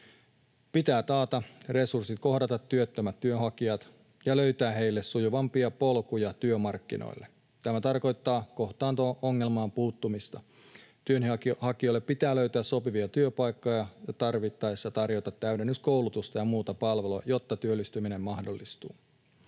Pitää taata resurssit kohdata työttömät työnhakijat ja löytää heille sujuvampia polkuja työmarkkinoille. Tämä tarkoittaa kohtaanto-ongelmaan puuttumista. Työnhakijoille pitää löytää sopivia työpaikkoja ja tarvittaessa tarjota täydennyskoulutusta ja muuta palvelua, jotta työllistyminen mahdollistuu.